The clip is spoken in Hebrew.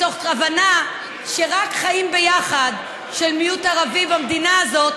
מתוך כוונה שרק חיים ביחד של מיעוט ערבי במדינה הזאת